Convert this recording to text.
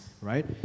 right